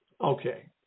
okay